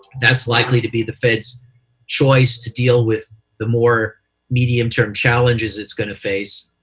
that's likely to be the fed's choice to deal with the more medium-term challenges it's going to face.